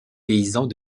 paysans